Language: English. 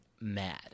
mad